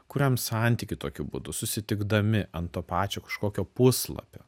kuriam santykį tokiu būdu susitikdami ant to pačio kažkokio puslapio